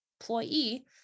employee